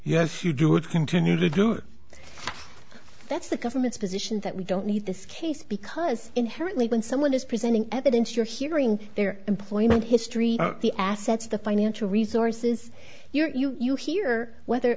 yes you do would continue to do it that's the government's position that we don't need this case because inherently when someone is presenting evidence you're hearing their employment history the assets the financial resources you're here whether